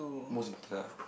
most important ah